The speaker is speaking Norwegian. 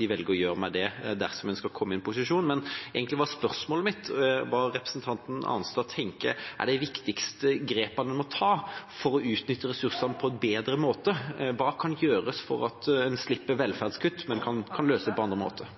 velger å gjøre med det dersom en skal komme i posisjon. Egentlig er spørsmålet mitt hva representanten Arnstad tenker er de viktigste grepene vi må ta for å utnytte ressursene på en bedre måte. Hva kan gjøres for at en skal slippe velferdskutt, men som en kan løse på andre måter?